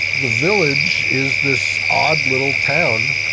the village is this odd little town.